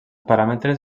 paràmetres